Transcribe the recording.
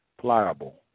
pliable